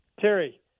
Terry